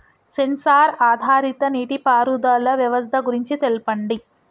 Censor ఆధారిత నీటిపారుదల వ్యవస్థ గురించి తెల్పండి?